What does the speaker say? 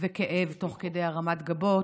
וכאב תוך כדי הרמת גבות,